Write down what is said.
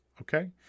okay